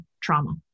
trauma